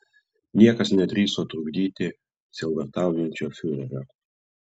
niekas nedrįso trukdyti sielvartaujančio fiurerio